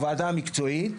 הוועדה המקצועית,